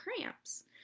cramps